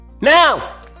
Now